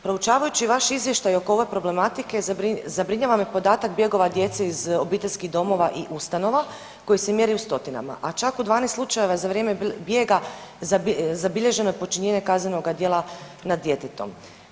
Proučavajući vaš izvještaj oko ove problematike zabrinjava me podatak bjegova djece iz obiteljskih domova i ustanova koji se mjeri u stotinama, a čak u 12 slučajeva za vrijeme bijega zabilježeno je počinjenje kaznenoga djela nad djetetom.